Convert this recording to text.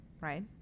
right